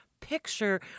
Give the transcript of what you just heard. picture